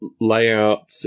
layout